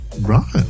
Right